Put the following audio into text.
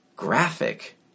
Graphic